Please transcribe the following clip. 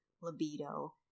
libido